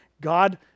God